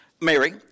Mary